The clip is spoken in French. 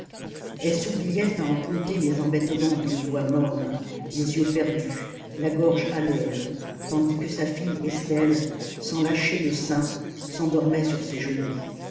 elle s'oubliait à en conter les embêtements d'une voix morne les yeux perdus la gorge à l'air tandis que sa fille estelle sans lâcher le sein s'endormait sur ses genoux